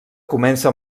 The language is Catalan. comença